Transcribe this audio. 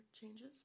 changes